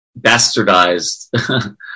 bastardized